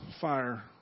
fire